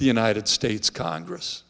the united states congress